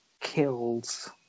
kills